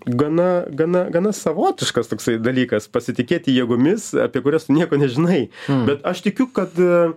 gana gana gana savotiškas toksai dalykas pasitikėti jėgomis apie kurias tu nieko nežinai bet aš tikiu kad